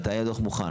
מתי הדוח יהיה מוכן?